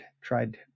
tried